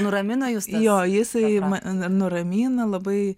jo jisai mane nuramina labai